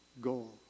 goal